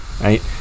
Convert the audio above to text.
right